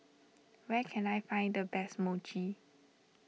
where can I find the best Mochi